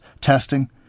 Testing